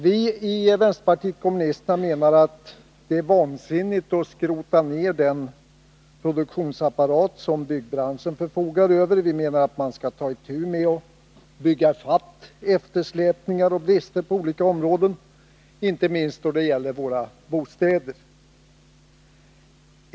Vi i vänsterpartiet kommunisterna menar att det är vansinnigt att skrota ned den produktionsapparat som byggbranschen förfogar över. Vi menar att man nu skall ta itu med och bygga ifatt eftersläpningar och brister på olika områden, inte minst då det gäller våra bostäder.